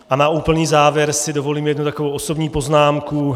A na úplný závěr si dovolím jednu takovou osobní poznámku.